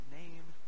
name